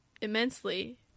immensely